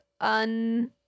un